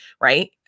right